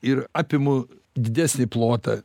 ir apimu didesnį plotą